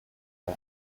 kai